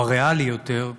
או הריאלי יותר,